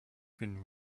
been